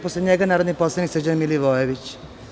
Posle njega narodni poslanik Srđan Milivojević.